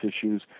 issues